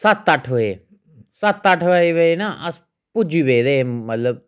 सत्त अट्ठ बजे सत्त अट्ठ बजे भई न अस पुज्जी पेदे हे मतलब